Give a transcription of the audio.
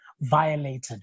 violated